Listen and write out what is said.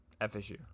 FSU